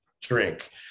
drink